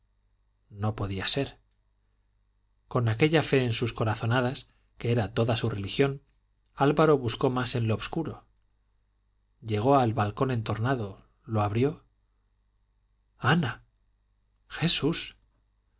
no podía ser con aquella fe en sus corazonadas que era toda su religión álvaro buscó más en lo obscuro llegó al balcón entornado lo abrió ana jesús